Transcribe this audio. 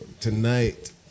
tonight